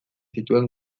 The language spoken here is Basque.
zituen